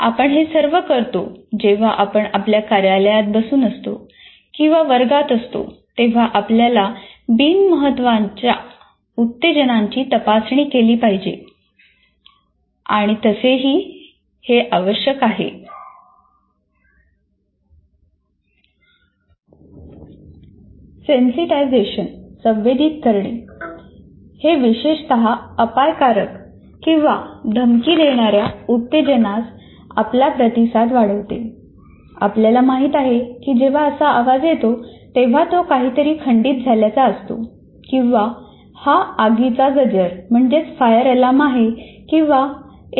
आपण हे सर्व करतो जेव्हा आपण आपल्या कार्यालयात बसून असतो किंवा वर्गात असतो तेव्हा आपल्याला बिनमहत्त्वाच्या उत्तेजनांची तपासणी केली पाहिजे